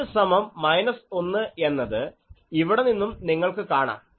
Z സമം 1 എന്നത് ഇവിടെ നിന്നും നിങ്ങൾക്ക് കാണാം